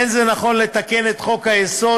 ואין זה נכון לתקן את חוק-היסוד